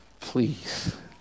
please